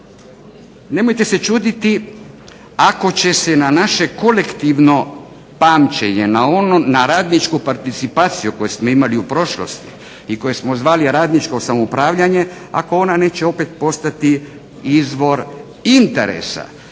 Nemojte se čuditi ako će se na naše kolektivno pamćenje na radničku participaciju koju smo imali u prošlosti i koju smo zvali radničko samoupravljanje ako ona neće opet postati izvor interesa,